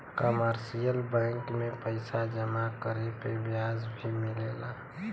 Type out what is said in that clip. commercial bank में पइसा जमा करे पे ब्याज भी मिलला